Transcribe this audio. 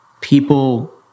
people